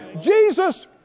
Jesus